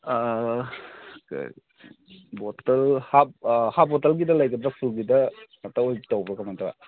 ꯕꯣꯇꯜ ꯍꯥꯞ ꯑꯥ ꯍꯥꯞ ꯕꯣꯇꯜꯒꯤꯗ ꯂꯩꯒꯗ꯭ꯔꯥ ꯐꯨꯜꯒꯤꯗ ꯉꯥꯛꯇ ꯑꯣꯏꯅ ꯇꯧꯕ꯭ꯔꯥ ꯀꯃꯥꯏ ꯇꯧꯏ